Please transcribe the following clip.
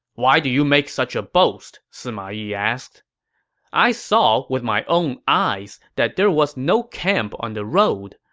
why do you make such a boast? sima yi asked i saw with my own eyes that there was no camp on the road.